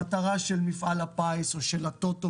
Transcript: המטרה בעיני של מפעל הפיס או של הטוטו